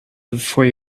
before